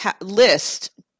list